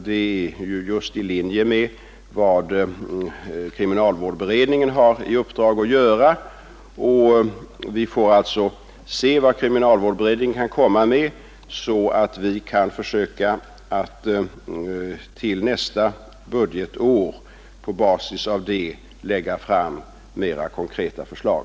Det är ju just i linje med vad kriminalvårdsberedningen har i uppdrag att göra. Vi får alltså se vad kriminalvårdsberedningen kan komma med, så att vi till nästa budgetår på basis därav kan lägga fram mera konkreta förslag.